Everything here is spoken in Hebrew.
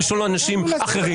בקריאה ראשונה,